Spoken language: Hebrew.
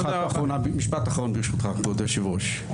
משפט אחרון ברשותך, כבוד היושב-ראש.